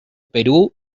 perú